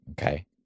okay